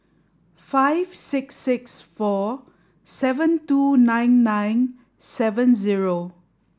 five six six four seven two nine nine seven zero